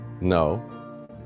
No